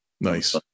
Nice